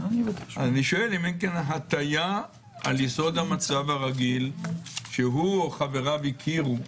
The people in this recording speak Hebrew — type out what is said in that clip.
אני שואל אם אין כאן הטיה על יסוד המצב הרגיל שהוא או חבריו הכירו.